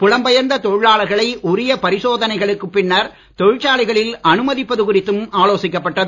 புலம்பெயர்ந்த தொழிலாளர்களை உரிய பரிசோதனைகளக்குப் பின்னர் தொழிற்சாலைகளில் அனுமதிப்பது குறித்தும் ஆலோசிக்கப்பட்டது